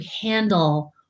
handle